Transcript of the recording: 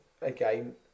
again